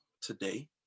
today